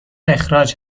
اخراج